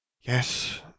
Yes